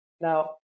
now